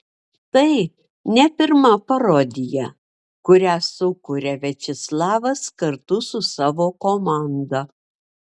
tai ne pirma parodija kurią sukuria viačeslavas kartu su savo komanda